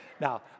Now